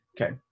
Okay